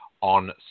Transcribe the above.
on